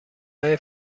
های